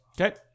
Okay